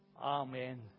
Amen